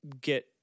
get –